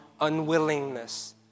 unwillingness